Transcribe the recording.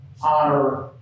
Honor